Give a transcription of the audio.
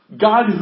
God